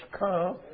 come